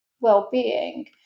well-being